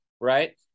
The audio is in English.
right